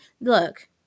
Look